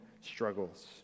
struggles